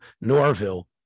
Norville